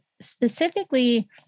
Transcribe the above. specifically